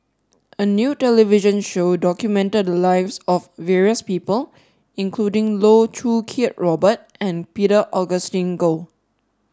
a new television show documented the lives of various people including Loh Choo Kiat Robert and Peter Augustine Goh